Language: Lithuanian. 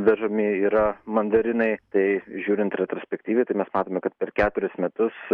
vežami yra mandarinai tai žiūrint retrospektyviai tai mes matome kad per keturis metus